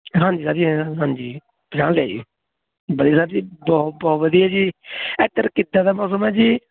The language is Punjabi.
ਹਾਂਜੀ ਸਰ ਜੀ ਹਾਂਜੀ ਪਛਾਣ ਲਿਆ ਜੀ ਵਧੀਆ ਸਰ ਜੀ ਬਹੁਤ ਬਹੁਤ ਵਧੀਆ ਜੀ ਇੱਧਰ ਕਿੱਦਾਂ ਦਾ ਮੌਸਮ ਹੈ ਜੀ